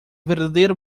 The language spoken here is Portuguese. verdadeira